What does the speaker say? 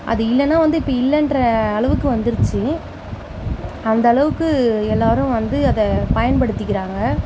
அது இல்லைன்னா வந்து இப்போ இல்லைன்ற அளவுக்கு வந்துருச்சு அந்த அளவுக்கு எல்லாரும் வந்து அதை பயன்படுத்திக்கிறாங்க